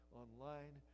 online